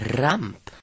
ramp